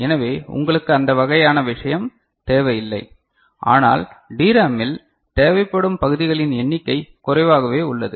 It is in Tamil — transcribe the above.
எனவே உங்களுக்கு அந்த வகையான விஷயம் தேவையில்லை ஆனால் டிராமில் தேவைப் படும் பகுதிகளின் எண்ணிக்கை குறைவாகவே உள்ளது